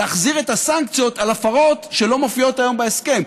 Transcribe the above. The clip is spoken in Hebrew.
להחזיר את הסנקציות על הפרות שלא מופיעות היום בהסכם.